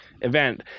event